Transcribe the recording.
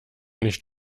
nicht